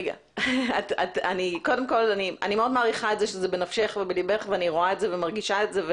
אני מאוד מעריכה את זה שזה בנפשך ובלבך ואני רואה את זה ומרגישה את זה.